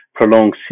prolonged